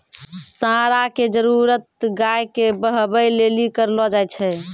साँड़ा के जरुरत गाय के बहबै लेली करलो जाय छै